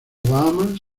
bahamas